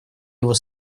его